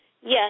Yes